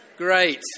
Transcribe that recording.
Great